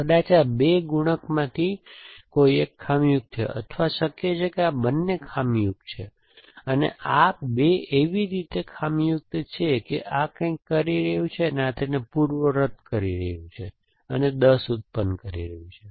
કદાચ આ બે ગુણક માંથી એક ખામીયુક્ત છે અથવા શક્ય છે કે આ બંને ખામીયુક્ત છે અને આ બે એવી રીતે ખામીયુક્ત છે કે આ કંઈક કરી રહ્યું છે અને આ તેને પૂર્વવત્ કરી રહ્યું છે અને 10 ઉત્પન્ન કરી રહ્યું છે